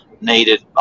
needed